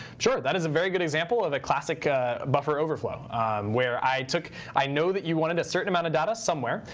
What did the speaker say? sure. that is a very good example of a classic ah buffer overflow where i took i know that you wanted a certain amount of data somewhere.